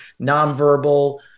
nonverbal